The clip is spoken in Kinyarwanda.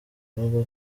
avuga